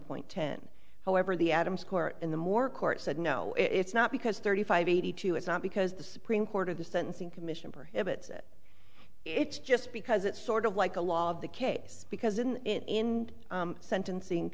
point ten however the adams court in the more court said no it's not because thirty five eighty two it's not because the supreme court of the sentencing commission prohibits it it's just because it's sort of like the law of the case because in sentencing